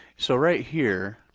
so right here,